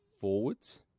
forwards